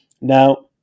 Now